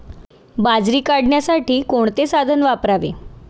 बाजरी काढण्यासाठी कोणते साधन वापरावे?